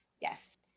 Yes